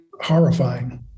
horrifying